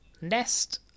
nest